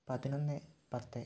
പതിനൊന്ന് പത്ത്